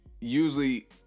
usually